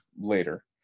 later